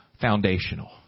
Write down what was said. foundational